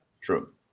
true